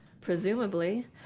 Presumably